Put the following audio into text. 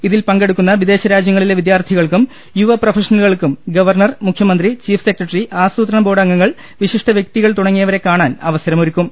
ഇതിൽ പങ്കെടുക്കുന്ന വിദേശ രാജ്യങ്ങളിലെ വിദ്യാർത്ഥികൾക്കും ്യുവ പ്രൊഫഷണലുകൾക്കും ഗവർണർ മുഖ്യമന്ത്രി ചീഫ് സെക്രട്ടറി ആസൂത്രണബോർഡ് അംഗങ്ങൾ വിശിഷ്ട വ്യക്തികൾ തുടങ്ങിയവരെ ്കാണാൻ അവസരമൊരുക്കും